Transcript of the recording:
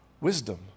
wisdom